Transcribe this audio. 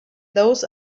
those